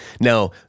Now